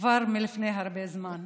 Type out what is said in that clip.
כבר מלפני הרבה זמן.